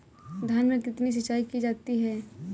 धान में कितनी सिंचाई की जाती है?